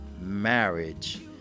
marriage